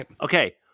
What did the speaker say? Okay